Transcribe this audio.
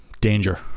danger